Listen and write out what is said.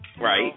Right